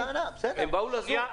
הם באו לזום?